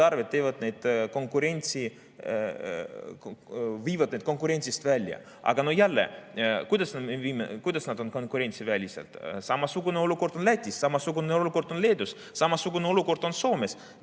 arved viivad neid konkurentsist välja. Aga jälle, kuidas nad on konkurentsist väljas? Samasugune olukord on Lätis, samasugune olukord on Leedus, samasugune olukord on Soomes.